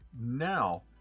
now